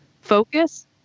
focus